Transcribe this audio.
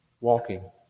walking